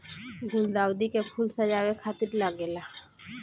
गुलदाउदी के फूल सजावे खातिर लागेला